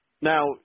Now